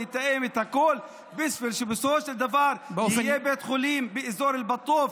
ולתאם את הכול בשביל שבסופו של דבר יהיה בית חולים באזור אל-בטוף,